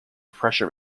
pressure